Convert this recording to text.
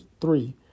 three